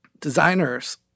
designers